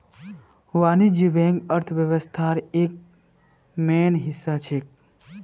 वाणिज्यिक बैंक अर्थव्यवस्थार एक मेन हिस्सा छेक